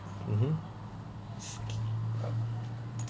mmhmm